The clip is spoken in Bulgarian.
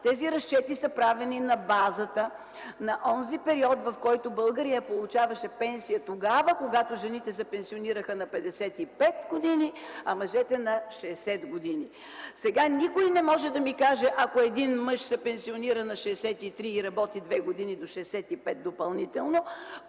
Тези разчети са правени на базата на онзи период, в който българинът получаваше пенсия, когато жените се пенсионираха на 55 години, а мъжете на 60. Сега никой не може да ми каже, ако един мъж се пенсионира на 63 и работи две години допълнително